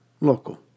local